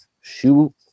shoe